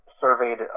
surveyed